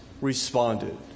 responded